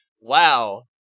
Wow